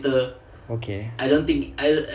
okay